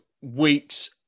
weeks